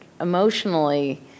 emotionally